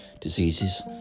diseases